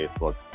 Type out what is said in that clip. facebook